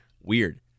Weird